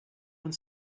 one